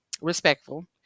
respectful